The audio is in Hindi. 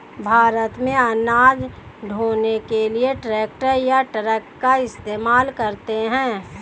भारत में अनाज ढ़ोने के लिए ट्रैक्टर या ट्रक का इस्तेमाल करते हैं